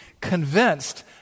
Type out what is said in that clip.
Convinced